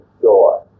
joy